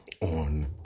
On